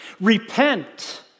repent